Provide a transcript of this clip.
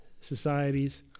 societies